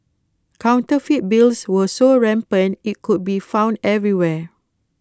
counterfeit bills were so rampant IT could be found everywhere